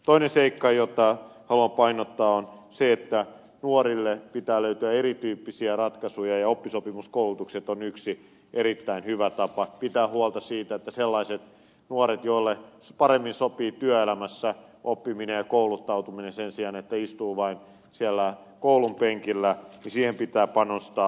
toinen seikka jota haluan painottaa on se että nuorille pitää löytyä erityyppisiä ratkaisuja ja oppisopimuskoulutus on yksi erittäin hyvä tapa pitää huolta siitä että kun joillekin nuorille paremmin sopii työelämässä oppiminen ja kouluttautuminen sen sijaan että istuu vain siellä koulunpenkillä niin siihen pitää panostaa